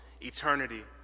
eternity